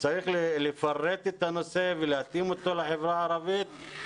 צריך לפרק את הנושא ולהתאים אותו לחברה הערבית.